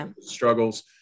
struggles